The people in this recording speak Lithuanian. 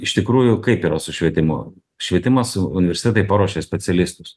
iš tikrųjų kaip yra su švietimu švietimas universitetai paruošia specialistus